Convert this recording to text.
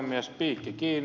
herra puhemies